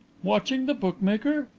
watching the bookmaker.